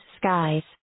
skies